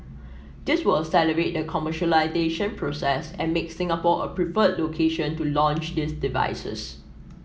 this will accelerate the commercialisation process and make Singapore a preferred location to launch these devices